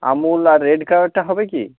আমুল আর রেড কাউয়েরটা হবে কি